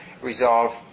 resolve